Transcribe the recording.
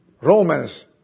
Romans